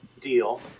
deal